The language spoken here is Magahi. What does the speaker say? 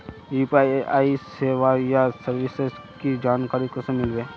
यु.पी.आई सेवाएँ या सर्विसेज की जानकारी कुंसम मिलबे?